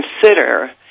consider